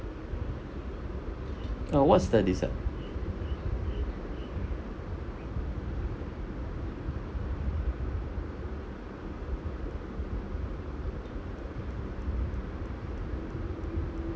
uh what's the desert